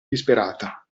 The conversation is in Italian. disperata